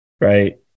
Right